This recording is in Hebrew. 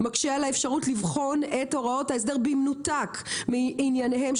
מקשה על האפשרות לבחון את הוראות ההסדר במנותק מענייניהם של